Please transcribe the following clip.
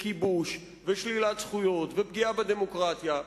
וכיבוש ושלילת זכויות ופגיעה בדמוקרטיה,